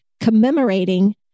commemorating